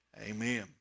amen